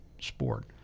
sport